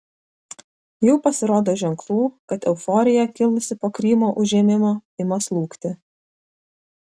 jau pasirodo ženklų kad euforija kilusi po krymo užėmimo ima slūgti